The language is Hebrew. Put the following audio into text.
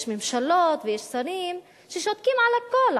יש ממשלות ויש שרים ששותקים על הכול,